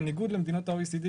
בניגוד למדינות ה OECD,